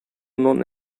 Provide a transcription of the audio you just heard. known